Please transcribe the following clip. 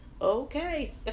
Okay